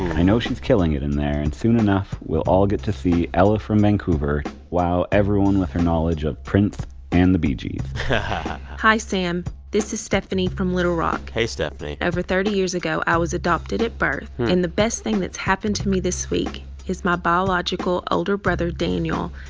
i know she's killing it in there. and soon enough, we'll all get to see ella from vancouver wow everyone with her knowledge of prince and the bee gees hi, sam. this is stephanie from little rock hey, stephanie over thirty years ago, i was adopted at birth. and the best thing that's happened to me this week is my biological older brother, daniel,